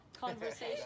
conversation